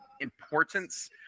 importance